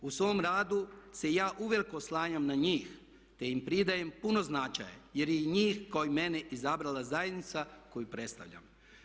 U svom radu se ja uveliko oslanjam na njih te im pridajem puno značaja jer je i njih kao i mene izabrala zajednica koju predstavljam.